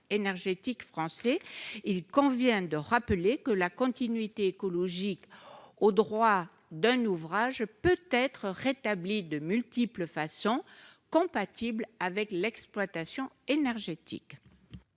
énergétique français, il convient de rappeler que la continuité écologique au droit d'un ouvrage peut être rétabli de multiples façons compatible avec l'exploitation énergétique.